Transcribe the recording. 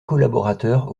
collaborateur